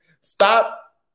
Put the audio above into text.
Stop